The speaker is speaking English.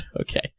Okay